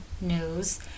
news